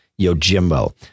Yojimbo